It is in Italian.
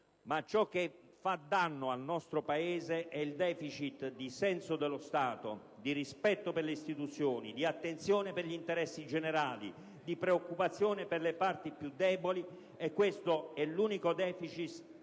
5,3 per cento del bilancio, ma il deficit di senso dello Stato, di rispetto per le istituzioni, di attenzione per gli interessi generali, di preoccupazione per le parti più deboli. E questo è l'unico deficit